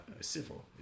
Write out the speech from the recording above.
civil